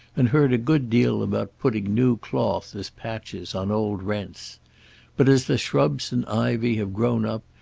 and heard a good deal about putting new cloth as patches on old rents but, as the shrubs and ivy have grown up,